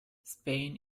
spain